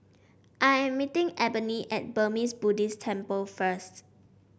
I am meeting Ebony at Burmese Buddhist Temple first